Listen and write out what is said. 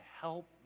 help